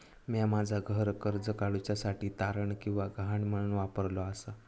म्या माझा घर कर्ज काडुच्या साठी तारण किंवा गहाण म्हणून वापरलो आसा